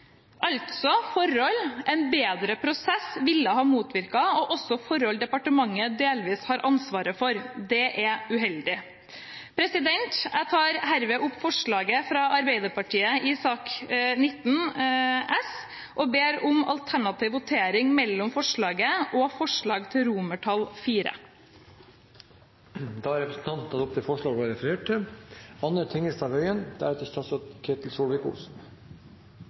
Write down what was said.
altså forhold en bedre prosess ville motvirket, og også forhold departementet delvis har ansvaret for. Det er uheldig. Jeg tar herved opp forslaget fra Arbeiderpartiet og Senterpartiet i Innst. 132 S og ber om alternativ votering mellom forslaget og forslaget til vedtak IV. Representanten Karianne O. Tung har tatt opp det forslaget hun refererte til.